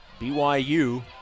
BYU